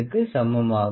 க்கு சமம் ஆகும்